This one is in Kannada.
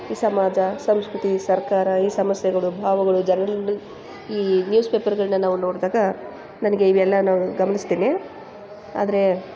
ಈ ಸಮಾಜ ಸಂಸ್ಕೃತಿ ಸರ್ಕಾರ ಈ ಸಮಸ್ಯೆಗಳು ಭಾವಗಳು ಜನರನ್ನು ಈ ನ್ಯೂಸ್ ಪೇಪರ್ಗಳನ್ನ ನಾವು ನೋಡಿದಾಗ ನನಗೆ ಇವೆಲ್ಲಾ ನಾವು ಗಮನಿಸ್ತೀನಿ ಆದರೆ